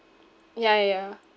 ya ya ya